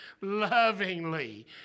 lovingly